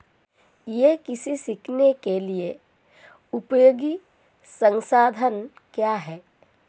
ई कृषि सीखने के लिए उपयोगी संसाधन क्या हैं?